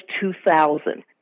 2000